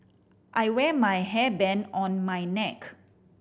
I wear my hairband on my neck